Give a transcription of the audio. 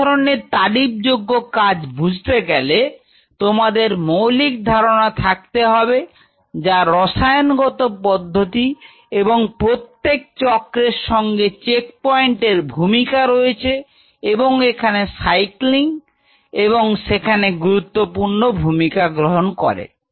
এই ধরনের তারিফযোগ্য কাজ বুঝতে গেলে তোমাদের মৌলিক ধারণা থাকতে হবে যা রসায়ন গত পদ্ধতি এবং প্রত্যেক চক্রের সঙ্গে চেক পয়েন্ট এর ভূমিকা রয়েছে এবং এখানে সাইক্লিং এবং সেটিকে গুরুত্বপূর্ণ ভূমিকা গ্রহণ করছে